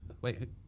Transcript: wait